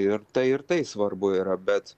ir tai ir tai svarbu yra bet